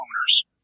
owners